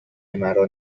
مرا